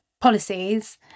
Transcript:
policies